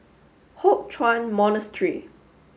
Hock Chuan Monastery